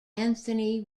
anthony